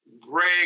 Greg